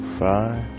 five